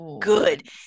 good